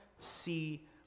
see